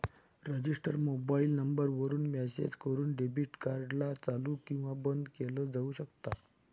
register mobile number वरून message करून debit card ला चालू किंवा बंद केलं जाऊ शकता